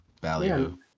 value